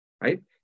right